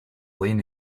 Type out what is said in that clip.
lane